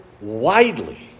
widely